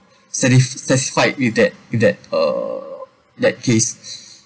satis~ satisfied with that with that uh that case